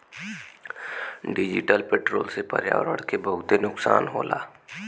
diesel petrol से पर्यावरण के बहुते नुकसान होला